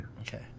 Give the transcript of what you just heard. Okay